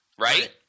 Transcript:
right